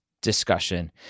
discussion